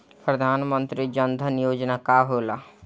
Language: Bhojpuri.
प्रधानमंत्री जन धन योजना का होला?